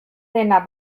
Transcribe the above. dena